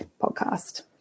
podcast